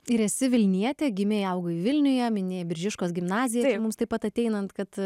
ir esi vilnietė gimei augai vilniuje minėjai biržiškos gimnaziją tai mums taip pat ateinant kad